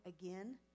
again